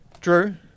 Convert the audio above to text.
Drew